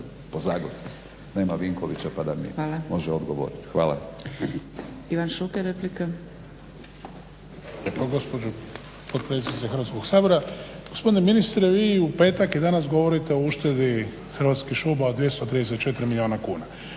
po zagorski. Nema Vinkovića pa da mi može odgovorit. Hvala. **Zgrebec, Dragica (SDP)** Ivan Šuker, replika. **Šuker, Ivan (HDZ)** Hvala gospođo potpredsjednice Hrvatskog sabora. Gospodine ministre, vi u petak i danas govorite o uštedi Hrvatskih šuma od 234 milijuna kuna